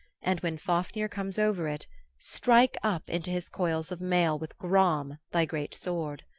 and when fafnir comes over it strike up into his coils of mail with gram, thy great sword.